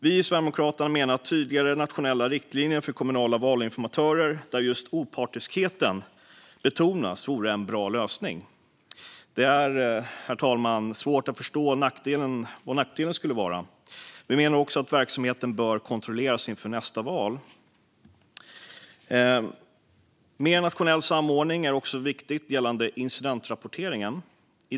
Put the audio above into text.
Vi i Sverigedemokraterna menar att tydligare nationella riktlinjer för kommunala valinformatörer där just opartiskheten betonas vore en bra lösning. Det är, herr talman, svårt att förstå vad nackdelen skulle vara. Vi menar också att verksamheten bör kontrolleras inför nästa val. Mer nationell samordning gällande incidentrapporteringen är också viktigt.